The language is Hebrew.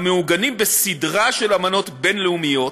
המעוגנים בסדרה של אמנות בין-לאומיות,